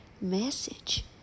message